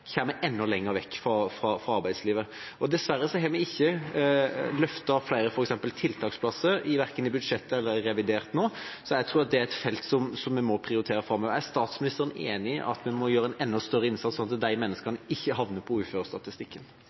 enda lenger vekk fra arbeidslivet. Dessverre har vi ikke løftet flere tiltaksplasser verken i budsjettet eller i revidert, så jeg tror det er et felt vi må prioritere framover. Er statsministeren enig i at en må gjøre en enda større innsats, slik at de menneskene ikke havner i uførestatistikken?